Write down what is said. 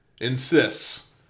insists